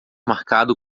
marcado